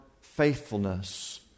faithfulness